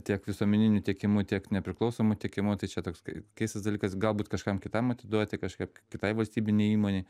tiek visuomeniniu tiekimu tiek nepriklausomu tiekimu tai čia toks keistas dalykas galbūt kažkam kitam atiduoti kažkokiai kitai valstybinei įmonei